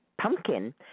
pumpkin